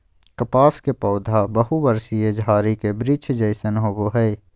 कपास के पौधा बहुवर्षीय झारी के वृक्ष जैसन होबो हइ